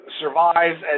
survives